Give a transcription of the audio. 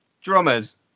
drummers